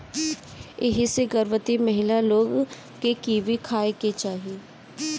एही से गर्भवती महिला लोग के कीवी खाए के चाही